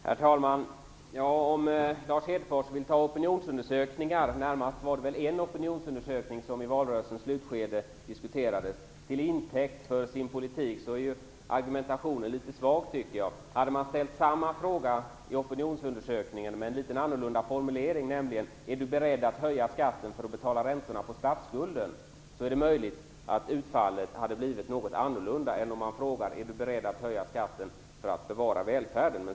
Herr talman! Närmast var det väl en opinionsundersökning som i valrörelsens slutskede diskuterades. Om Lars Hedfors vill ta den till intäkt för sin politik är den argumentationen litet svag, tycker jag. Hade man ställt samma fråga i denna opinionsundersökning med en litet annorlunda formulering - t.ex.: Är du beredd att höja skatten för att betala räntorna på statsskulden? - är det möjligt att utfallet hade blivit ett annat än om man hade ställt frågan: Är du beredd att höja skatten för att bevara välfärden?